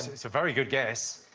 it's a very good guess.